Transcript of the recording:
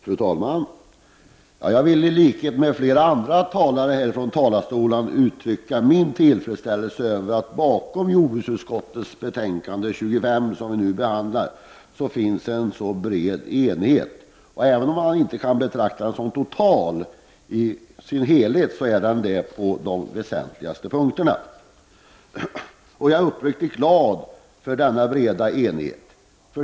Fru talman! Jag vill i likhet med flera andra talare uttrycka min tillfredsställelse över att det bakom jordbruksutskottets betänkande 25 finns en sådan bred majoritet. Även om man inte kan betrakta enigheten som total, råder enighet på de väsentligaste punkterna. Jag är uppriktigt glad för denna breda enighet.